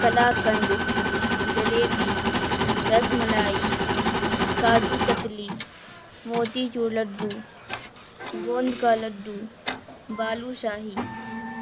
کلا کند jalebi rasmalai kaju katli motichoor laddoo گوند کا لڈو بالو شاہی